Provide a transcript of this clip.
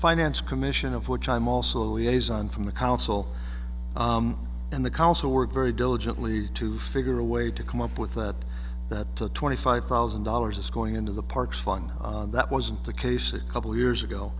finance commission of which i'm also a liaison from the council and the council worked very diligently to figure a way to come up with that that twenty five thousand dollars is going into the parks fun that wasn't the case a couple years